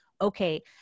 Okay